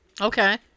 Okay